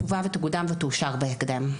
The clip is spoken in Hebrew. תובא ותקודם ותאושר בהקדם.